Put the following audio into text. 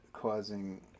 causing